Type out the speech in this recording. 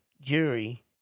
jury